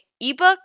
ebook